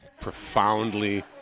profoundly